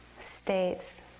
states